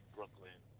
Brooklyn